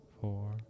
four